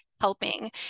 helping